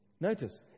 Notice